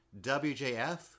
WJF